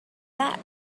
back